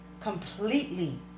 completely